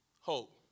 hope